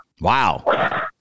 Wow